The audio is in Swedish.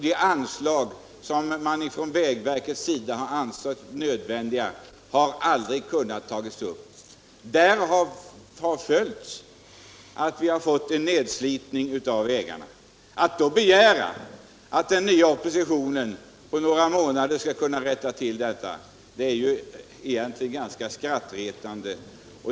De anslag, som man från vägverkets sida ansett vara nödvändiga, har aldrig kunnat tas upp. Därav har följt att vi fått en nedslitning av vägarna. Att man då begär att den nya regeringen på några månader skall kunna rätta till allt detta är egentligen skrattretande.